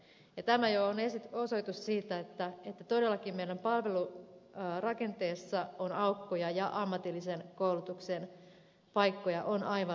tämä on jo osoitus siitä että todellakin meidän palvelurakenteessamme on aukkoja ja ammatillisen koulutuksen paikkoja on aivan liian vähän